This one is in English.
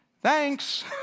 Thanks